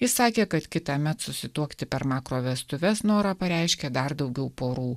jis sakė kad kitąmet susituokti per makrovestuves norą pareiškė dar daugiau porų